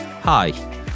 Hi